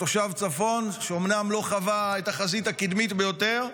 כתושב הצפון שאומנם לא חווה את החזית הקדמית ביותר,